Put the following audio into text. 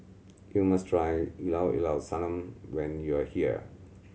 you must try Llao Llao Sanum when you are here